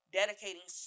dedicating